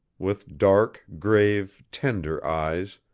with dark, grave, tender eyes,